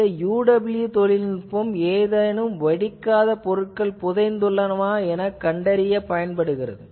இந்த UWB தொழில்நுட்பம் ஏதேனும் வெடிக்காத பொருட்கள் புதைந்துள்ளனவா எனக் கண்டறிய உதவுகிறது